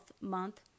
month